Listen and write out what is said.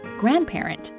grandparent